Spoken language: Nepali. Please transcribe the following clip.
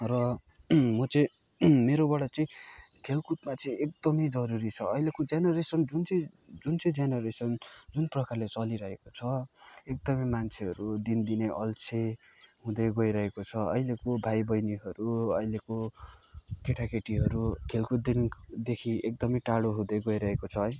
र म चाहिँ मेरोबाट चाहिँ खेलकुदमा चाहिँ एकदमै जरुरी छ अहिलेको जेनरेसन जुन चाहिँ जुन चाहिँ जेनरेसन जुन प्रकारले चलिरहेको छ एकदमै मान्छेहरू दिनदिनै अल्छे हुँदै गइरहेको छ अहिलेको भाइ बहिनीहरू अहिलेको केटाकेटीहरू खेलकुददिनदेखि एकदमै टाढो हुँदै गइरहेको छ है